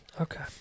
Okay